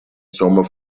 sommer